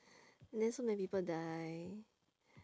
then so many people die